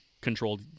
controlled